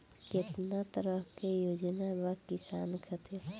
केतना तरह के योजना बा किसान खातिर?